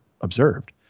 observed